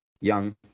young